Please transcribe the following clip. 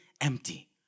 empty